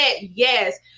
yes